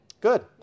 Good